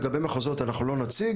לגבי מחוזות, אנחנו לא נציג.